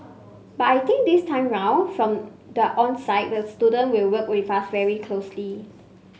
but I think this time round from the onset the student will work with us very closely